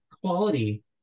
quality